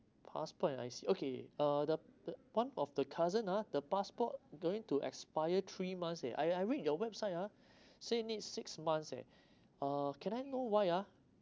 passport and I_C okay uh the the one of the cousin ah the passport going to expire three months eh I I read your website ah say need six months eh uh can I know why ah